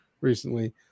recently